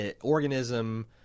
organism